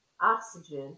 oxygen